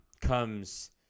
comes